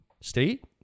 State